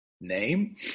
name